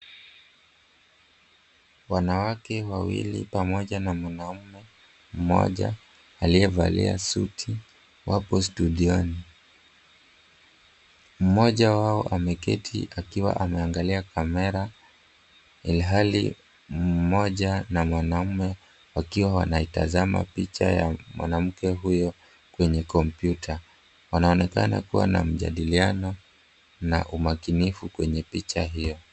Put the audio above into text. Wanawake wawili pamoja na mwanaume mmoja aliyevalia suti wapo studioni. Mmoja wao ameketi akiwa anaangalia kamera ilhali mmoja na mwanamme wakiwa wanaitazama picha ya mwanamke huyo kwenye kompyuta. Wanaonekana kua na mjadiliano na umakinifu kwenye picha hiyo.